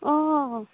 অঁ